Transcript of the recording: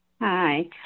Hi